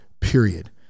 Period